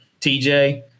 TJ